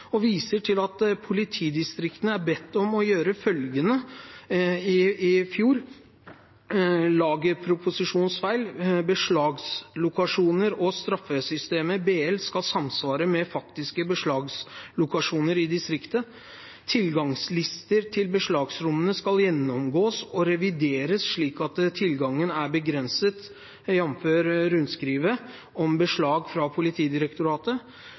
og viser til at politidistriktene i fjor ble bedt om å gjøre følgende: ved lagerposisjonsfeil: Beslagslokasjoner i straffesakssystemet BL skal samsvare med faktiske beslagslokasjoner i distriktet. Tilgangslister til beslagsrommene skal gjennomgås og revideres, slik at tilgangen er begrenset, jf. rundskriv 2010/007 om beslag fra Politidirektoratet.